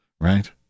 Right